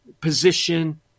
position